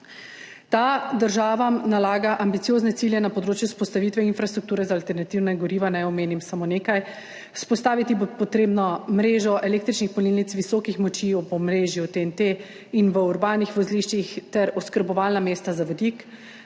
Ta državam nalaga ambiciozne cilje na področju vzpostavitve infrastrukture za alternativna goriva. Naj jih omenim samo nekaj: vzpostaviti bo treba mrežo električnih polnilnic visokih moči ob omrežju TNT in v urbanih vozliščih ter oskrbovalna mesta za vodik;